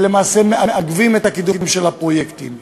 ולמעשה מעכבים את הקידום של הפרויקטים.